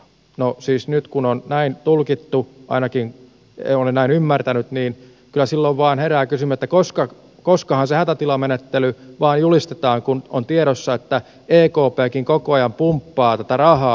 no siis nyt kun on näin tulkittu ainakin olen näin ymmärtänyt niin kyllä silloin vaan herää kysymys että koskahan se hätätilamenettely vaan julistetaan kun on tiedossa että ekpkin koko ajan pumppaa tätä rahaa